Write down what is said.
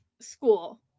school